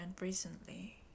recently